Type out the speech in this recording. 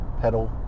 pedal